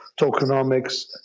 tokenomics